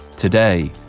Today